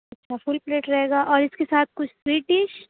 اچھا full plate رہے گا اور اس کے ساتھ کچھ سویٹ ڈش